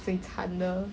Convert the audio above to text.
最惨的